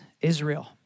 Israel